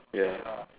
ya